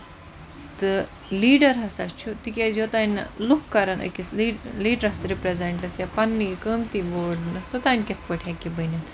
تہٕ لیٖڈر ہسا چھُ تکیازِ یوتام نہٕ لُکھ کرن أکِس لیٖڈرَس رِپریزینٹ پَنٕنی قۭمتی ووٹ دِنَس توتام کِتھ پٲٹھۍ ہیٚکہِ بٔنِتھ